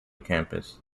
campus